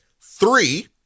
Three